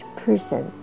person